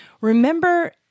Remember